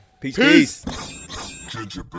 Peace